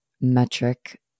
metric